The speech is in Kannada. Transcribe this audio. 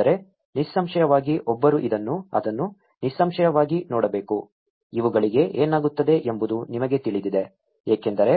ಆದರೆ ನಿಸ್ಸಂಶಯವಾಗಿ ಒಬ್ಬರು ಅದನ್ನು ನಿಸ್ಸಂಶಯವಾಗಿ ನೋಡಬೇಕು ಇವುಗಳಿಗೆ ಏನಾಗುತ್ತದೆ ಎಂಬುದು ನಿಮಗೆ ತಿಳಿದಿದೆ ಏಕೆಂದರೆ